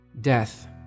Death